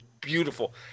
beautiful